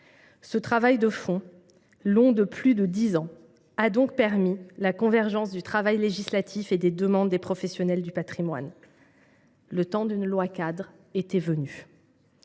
Ce travail de fond, long de plus de dix ans, a donc permis la convergence du travail législatif et des demandes des professionnels du patrimoine. Le temps d’une loi cadre était venu.